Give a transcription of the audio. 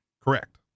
Correct